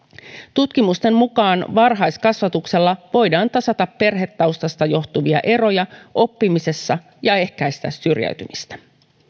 tutkimusten mukaan varhaiskasvatuksella voidaan tasata perhetaustasta johtuvia eroja oppimisessa ja ehkäistä syrjäytymistä